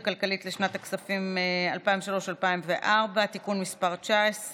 הכלכלית לשנות הכספים 2003 ו-2004) (תיקון מס' 19,